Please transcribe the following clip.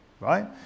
Right